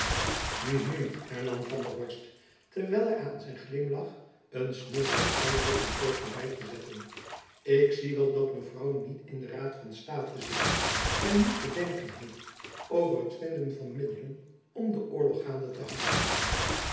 hernam van der horst terwijl hy aan zijn glimlach een snuggere uitdrukking poogde by te zetten ik zie wel dat mevrouw niet in den raad van state zit en niet te denken heeft over het vinden der middelen om den oorlog gaande te houden